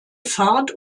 fahrt